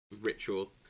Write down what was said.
ritual